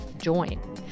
join